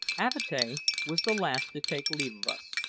avatea was the last to take leave of us,